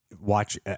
watch